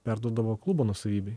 perduodavo klubo nuosavybei